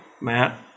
Matt